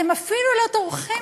אתם אפילו לא טורחים,